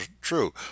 true